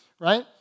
right